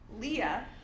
Leah